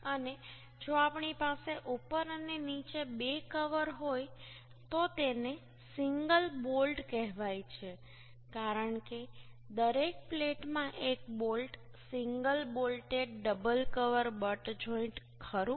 અને જો આપણી પાસે ઉપર અને નીચે બે કવર હોય તો તેને સિંગલ બોલ્ટ કહેવાય છે કારણ કે દરેક પ્લેટમાં એક bolt single bolted double cover butt joint ખરું